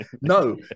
No